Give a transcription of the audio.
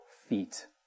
feet